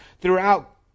throughout